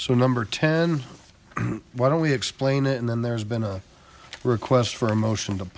so number ten why don't we explain it and then there's been a request for a motion to